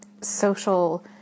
social